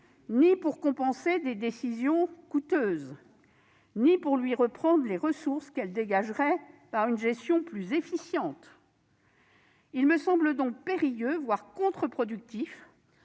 ni pour compenser des décisions coûteuses ni pour lui reprendre les ressources qu'elle dégagerait par une gestion plus efficiente. Il me semble donc périlleux, voire contre-productif